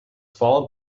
followed